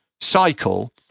cycle